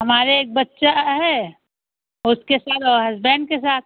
हमारे एक बच्चा है उसके साथ और हसबेन्ड के साथ